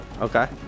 Okay